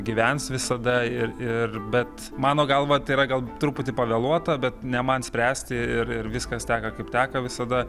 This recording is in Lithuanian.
gyvens visada ir ir bet mano galva tai yra gal truputį pavėluota bet ne man spręsti ir ir viskas teka kaip teka visada